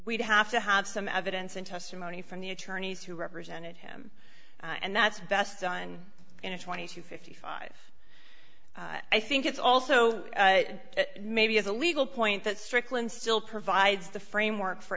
we'd have to have some evidence and testimony from the attorneys who represented him and that's best done in a twenty to fifty five i think it's also maybe as a legal point that strickland still provides the framework for